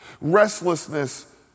Restlessness